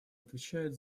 отвечает